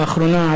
לאחרונה,